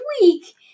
week